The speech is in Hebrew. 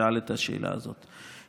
ששאל את השאלה הזאת,